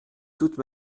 toute